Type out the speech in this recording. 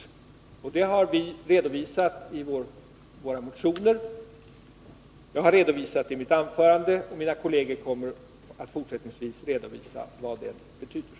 Den politiken har vi redovisat i våra motioner, och jag har redovisat den i mitt anförande. Mina partikolleger kommer fortsättningsvis också att redovisa vad den betyder.